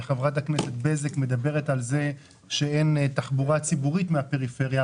וחברת הכנסת בזק מדברת על זה שאין תחבורה ציבורית מהפריפריה.